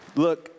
Look